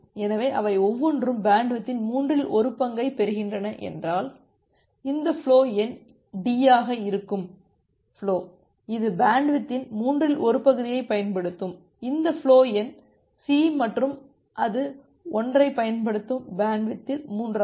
எனவே அவை ஒவ்வொன்றும் பேண்ட்வித்தின் மூன்றில் ஒரு பங்கைப் பெறுகின்றன என்றால் இந்த ஃபுலோ எண் D ஆக இருக்கும் ஃபுலோ இது பேண்ட்வித்தின் மூன்றில் ஒரு பகுதியைப் பயன்படுத்தும் இந்த ஃபுலோ எண் C மற்றும் அது ஒன்றைப் பயன்படுத்தும் பேண்ட்வித்தில் மூன்றாவது